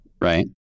right